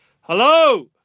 Hello